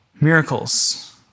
Miracles